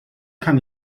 kann